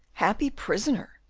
happy prisoner!